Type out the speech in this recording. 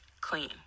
clean